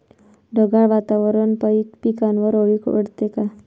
ढगाळ वातावरनापाई पिकावर अळी पडते का?